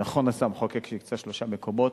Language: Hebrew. ונכון עשה המחוקק שהקצה שלושה מקומות.